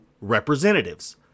representatives